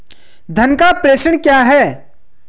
धन का प्रेषण क्या है?